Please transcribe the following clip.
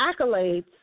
accolades